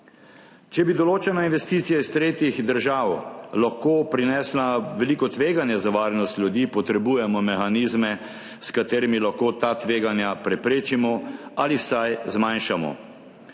Če bi določena investicija iz tretjih držav lahko prinesla veliko tveganje za varnost ljudi, potrebujemo mehanizme, s katerimi lahko ta tveganja preprečimo ali vsaj zmanjšamo.